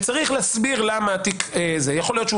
וצריך להסביר למה יכול להיות שהוא